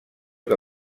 que